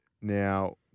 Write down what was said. Now